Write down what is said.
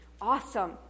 Awesome